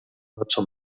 nacho